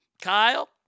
Kyle